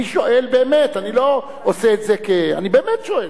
אני שואל באמת, אני לא עושה את זה אני באמת שואל.